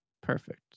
perfect